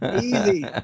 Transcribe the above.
Easy